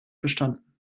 verstanden